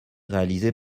réalisées